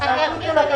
הצבעה